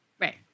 Right